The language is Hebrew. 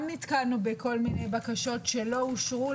גם נתקלנו בכל מיני בקשות שלא אושרו.